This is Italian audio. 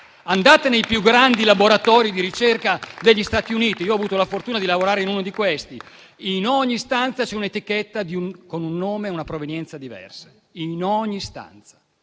Andate nei più grandi laboratori di ricerca degli Stati Uniti. Io ho avuto la fortuna di lavorare in uno di essi. In ogni stanza vi è un'etichetta con un nome e una provenienza diversa: